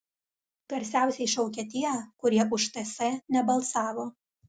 garsiausiai šaukia tie kurie už ts nebalsavo